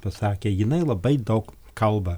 pasakė jinai labai daug kalba